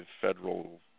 federal